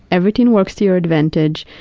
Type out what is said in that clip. everything works to your advantage,